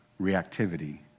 reactivity